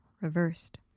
reversed